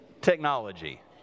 technology